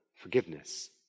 forgiveness